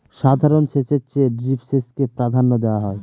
সাধারণ সেচের চেয়ে ড্রিপ সেচকে প্রাধান্য দেওয়া হয়